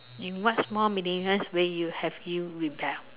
in what small meaningless way you have you rebelled